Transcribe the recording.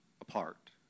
apart